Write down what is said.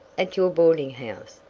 at your boarding house,